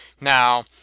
Now